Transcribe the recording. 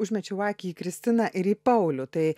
užmečiau akį į kristiną ir į paulių tai